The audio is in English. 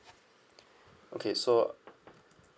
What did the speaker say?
okay so